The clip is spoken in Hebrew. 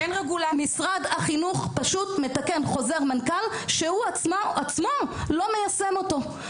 משרד החינוך פשוט מתקן חוזר מנכ"ל שהוא עצמו לא מיישם אותו.